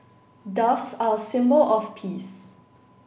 doves are a symbol of peace